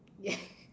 yes